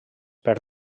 per